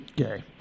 okay